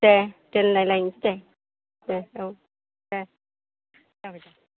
दे दोनलायलायनोसै दे औ दे जाबाय दे